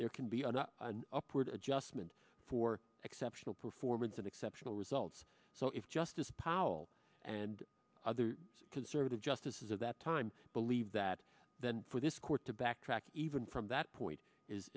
there can be an upward adjustment for exceptional performance and exceptional results so if justice powell and other conservative justices at that time believed that then for this court to backtrack even from that point